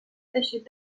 teixit